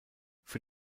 für